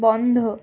বন্ধ